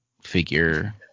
figure